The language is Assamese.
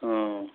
অঁ